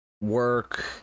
work